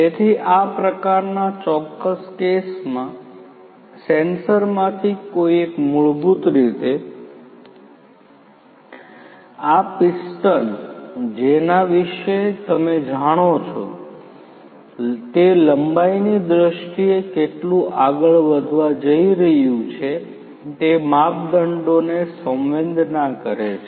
તેથી આ પ્રકારના ચોક્કસ કેસમાં સેન્સરમાંથી કોઈ એક મૂળભૂત રીતે આ પિસ્ટન જેના વિશે તમે જાણો છો તે લંબાઈની દ્રષ્ટિએ કેટલું આગળ વધવા જઈ રહ્યું છે તે માપદંડોને સંવેદના કરે છે